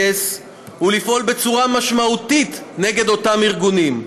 הוא לפעול בצורה משמעותית נגד אותם ארגונים.